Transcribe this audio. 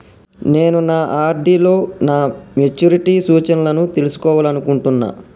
నేను నా ఆర్.డి లో నా మెచ్యూరిటీ సూచనలను తెలుసుకోవాలనుకుంటున్నా